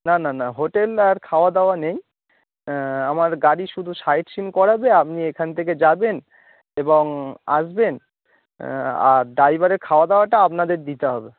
না না না হোটেল আর খাওয়া দাওয়া নেই আমার গাড়ি শুধু সাইট সিন করাবে আপনি এখান থেকে যাবেন এবং আসবেন আর ড্রাইভারের খাওয়া দাওয়াটা আপনাদের দিতে হবে